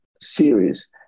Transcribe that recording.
series